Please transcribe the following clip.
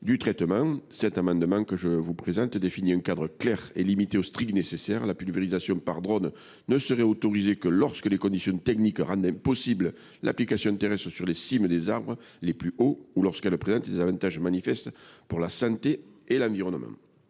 du traitement. Cet amendement vise à définir un cadre clair pour limiter au strict nécessaire la pulvérisation par drone, qui ne serait autorisée que lorsque les conditions techniques rendent impossible l’application terrestre sur les cimes des arbres les plus hauts, ou lorsqu’elle présente des avantages manifestes pour la santé et l’environnement.